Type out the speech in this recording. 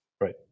Right